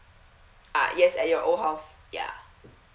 ah yes at your old house ya